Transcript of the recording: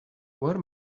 where